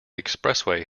expressway